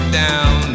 down